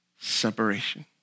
separation